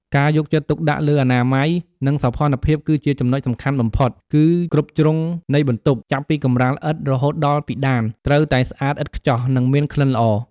ការយកចិត្តទុកដាក់លើអនាម័យ និងសោភ័ណភាពគឺជាចំណុចសំខាន់បំផុត គឺគ្រប់ជ្រុងនៃបន្ទប់ ចាប់ពីកម្រាលឥដ្ឋ រហូតដល់ពិដាន ត្រូវតែស្អាតឥតខ្ចោះ និងមានក្លិនល្អ។